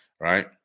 right